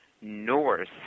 north